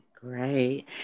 Great